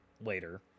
later